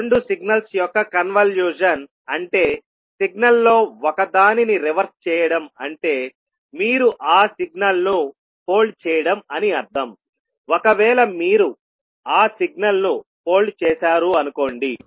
ఇప్పుడు రెండు సిగ్నల్స్ యొక్క కన్వల్యూషన్ అంటే సిగ్నల్లో ఒకదానిని రివర్స్ చేయడం అంటే మీరు ఆ సిగ్నల్ను ఫోల్డ్ చేయడం అని అర్థం ఒకవేళ మీరు ఆ సిగ్నల్ ను ఫోల్డ్ చేశారు అనుకోండి